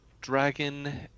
Dragon